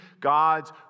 God's